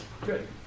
Good